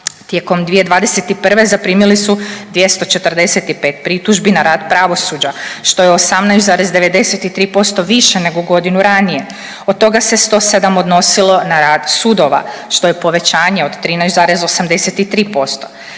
Tijekom 2021. zaprimili su 245 pritužbi na rad pravosuđa što je 18,93% više nego godinu ranije. Od toga se 107 odnosilo na rad sudova što je povećanje od 13,83%.